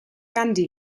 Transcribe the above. gandhi